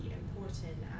important